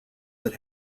that